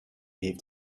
heeft